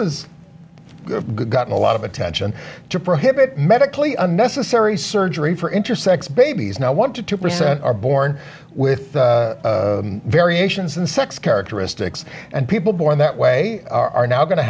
is gotten a lot of attention to prohibit medically unnecessary surgery for intersex babies no one to two percent are born with variations in sex characteristics and people born that way are now going to